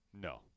No